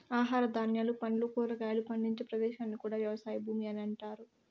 ఆహార ధాన్యాలు, పండ్లు, కూరగాయలు పండించే ప్రదేశాన్ని కూడా వ్యవసాయ భూమి అని అంటారు